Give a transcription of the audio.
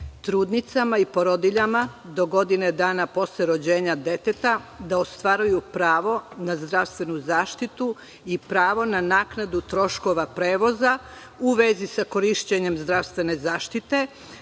trudnicama i porodiljama do godinu dana posle rođenja deteta da ostvaruju pravo na zdravstvenu zaštitu i pravo na naknadu troškova prevoza u vezi sa korišćenjem zdravstvene zaštite